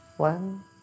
One